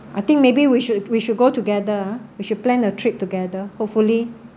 I think maybe we should we should go together we should plan a trip together hopefully